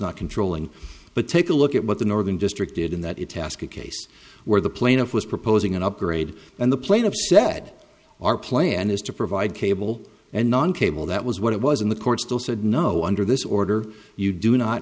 not controlling but take a look at what the northern district in that it task a case where the plaintiff was proposing an upgrade and the plaintiff said our plan is to provide cable and non cable that was what it was in the court still said no under this order you do not